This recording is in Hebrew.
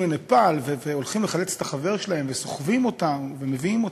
לנפאל והולכים לחלץ את החבר שלהם וסוחבים אותו ומביאים אותו.